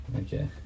Okay